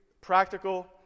practical